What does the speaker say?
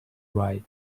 ride